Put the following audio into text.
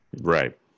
right